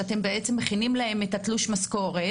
שאתם מכינים להם את תלוש המשכורת?